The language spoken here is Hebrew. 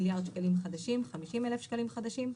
מיליארד שקלים חדשים -50,000 שקלים חדשים.